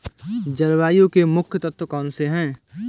जलवायु के मुख्य तत्व कौनसे हैं?